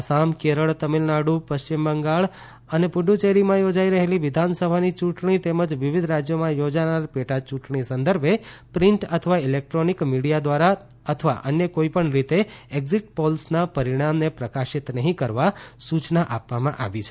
આસામ કેરળ તમિલનાડુ પશ્ચિમ બંગાળ અને પુડુચેરીમાં યોજાઇ રહેલી વિધાનસભાની યૂંટણી તેમજ વિવિધ રાજ્યોમાં યોજાનાર પેટા ચૂંટણી સંદર્ભે પ્રિન્ટ અથવા ઇલેક્ટ્રોનિક મીડિયા દ્વારા અથવા અન્ય કોઈપણ રીતે એક્ઝિટ પોલ્સના પરિણામને પ્રકાશિત નહીં કરવા સૂયના આપવામાં આવી છે